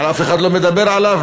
אף אחד לא מדבר עליו,